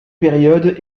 période